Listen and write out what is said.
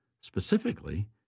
Specifically